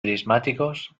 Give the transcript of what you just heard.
prismáticos